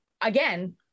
again